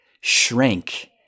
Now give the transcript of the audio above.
shrank